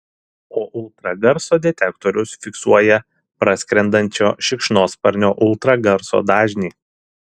o ultragarso detektorius fiksuoja praskrendančio šikšnosparnio ultragarso dažnį